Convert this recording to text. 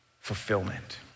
fulfillment